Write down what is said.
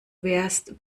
wärst